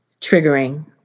triggering